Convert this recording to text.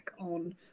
on